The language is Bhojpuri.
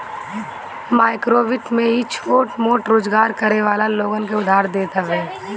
माइक्रोवित्त में इ छोट मोट रोजगार करे वाला लोगन के उधार देत हवे